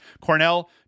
Cornell